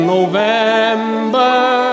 November